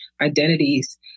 identities